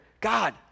God